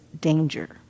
danger